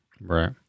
right